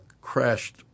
crashed